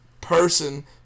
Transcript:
person